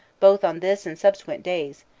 both on this and subsequent days,